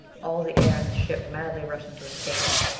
all the air in the ship madly rushing to escape.